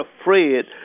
afraid